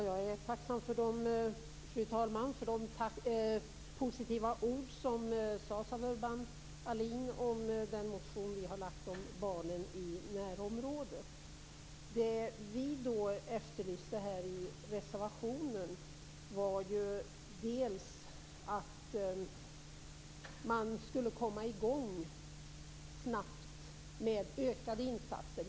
Fru talman! Jag är tacksam för de positiva ord Urban Ahlin sade om vår motion om barnen i närområdet. Det vi efterlyste i reservationen var att man snabbt skulle komma i gång med ökade insatser.